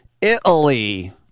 Italy